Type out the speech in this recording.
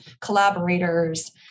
collaborators